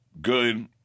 Good